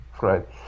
right